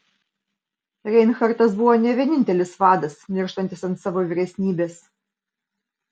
reinhartas buvo ne vienintelis vadas nirštantis ant savo vyresnybės